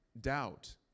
doubt